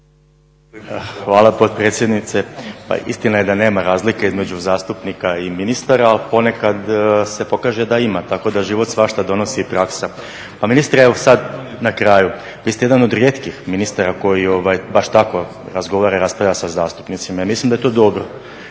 Hvala potpredsjednice. Pa istina je da nema razlike između zastupnika i ministara, ali ponekad se pokaže da ima, tako da život svašta donosi i praksa. Pa ministre evo sad na kraju, vi ste jedan od rijetkih ministara koji baš tako razgovara i raspravlja sa zastupnicima i mislim da je to dobro.